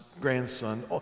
grandson